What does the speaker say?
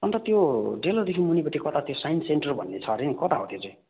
अन्त त्यो डेलोदेखि मुनिपट्टि कता त्यो साइन्स सेन्टर भन्ने छ हरे नि कता हो त्यो चाहिँ